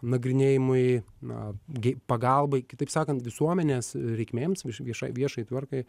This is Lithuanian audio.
nagrinėjimui na gi pagalbai kitaip sakant visuomenės reikmėms vieš viešai viešai tvarkai